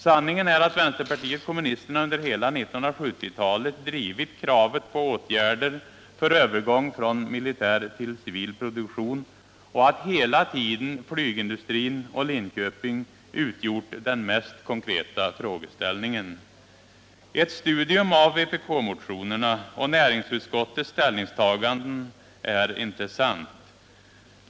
Sanningen är att vänsterpartiet kommunisterna under hela 1970-talet drivit kravet på åtgärder för övergång från militär till civil produktion och att hela tiden flygindustrin och Linköping utgjort den mest konkreta frågeställningen. Ett studium av vpk-motionerna och näringsutskottets ställningstaganden ärintressant.